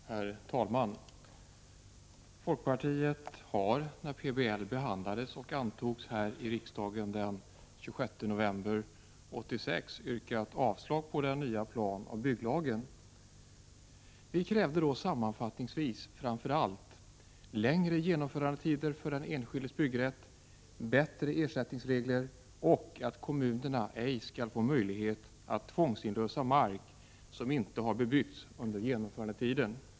Herr talman! Folkpartiet yrkade avslag på den nya planoch bygglagen, när den behandlades och antogs här i riksdagen den 26 november 1986. Vi krävde då sammanfattningsvis framför allt längre genomförandetider för den enskildes byggrätt och bättre ersättningsregler samt att kommunerna ej skulle få möjlighet att tvångsinlösa mark som inte hade bebyggts under genomförandetiden.